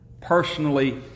personally